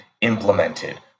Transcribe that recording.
implemented